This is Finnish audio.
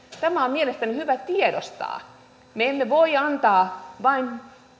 tämä on mielestäni hyvä tiedostaa me emme voi antaa vain